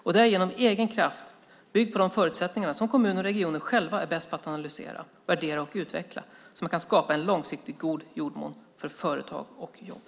Det är genom egen kraft, byggd på de förutsättningar som kommuner och regioner själva är bäst på att analysera, värdera och utveckla, som man kan skapa en långsiktigt god jordmån för företag och jobb.